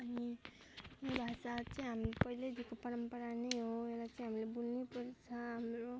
अनि यो भाषा चाहिँ हामी पहिल्यैदेखि परम्परा नै हो यलाई चाहिँ हामीले बोल्नै पर्छ हामीहरू